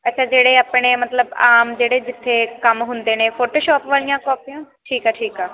ਅੱਛਾ ਜਿਹੜੇ ਆਪਣੇ ਮਤਲਬ ਆਮ ਜਿਹੜੇ ਜਿੱਥੇ ਕੰਮ ਹੁੰਦੇ ਨੇ ਫੋਟੋਸ਼ੋਪ ਵਾਲੀਆਂ ਕੋਪੀਆਂ ਠੀਕ ਆ ਠੀਕ ਆ